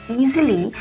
easily